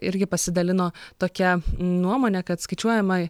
irgi pasidalino tokia nuomone kad skaičiuojama